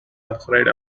afraid